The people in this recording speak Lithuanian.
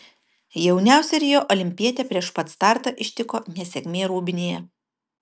jauniausią rio olimpietę prieš pat startą ištiko nesėkmė rūbinėje